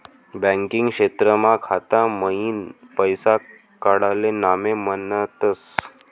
banking क्षेत्रमा खाता मईन पैसा काडाले नामे म्हनतस